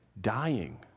dying